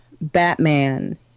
Batman